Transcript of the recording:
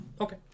Okay